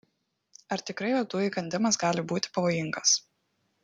ar tikrai uodų įkandimas gali būti pavojingas